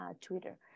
Twitter